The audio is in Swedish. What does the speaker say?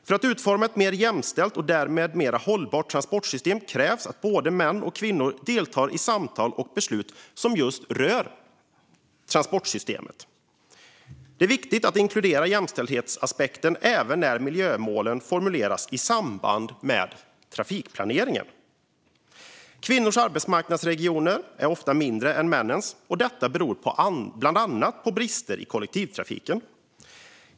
För att utforma ett mer jämställt och därmed ett mer hållbart transportsystem krävs att både män och kvinnor deltar i samtal och beslut som just rör transportsystemet. Det är viktigt att inkludera jämställdhetsaspekten även när miljömålen formuleras i samband med trafikplaneringen. Kvinnors arbetsmarknadsregioner är ofta mindre än männens, och detta beror bland annat på brister i kollektivtrafiken.